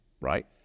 right